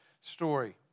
story